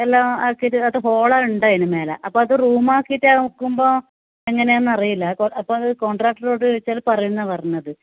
എല്ലാം ആക്കിയിട്ട് അത് ഹോളാണ് ഉണ്ടായിന് മേലെ അപ്പോൾ അത് റൂമാക്കിയിട്ട് നോക്കുമ്പോൾ എങ്ങനെ ആണെന്നറിയില്ല അപ്പോൾ അപ്പോളത് കോൺട്രാക്റ്ററോട് ചോദിച്ചാൽ പറയും എന്നാണ് പറഞ്ഞത്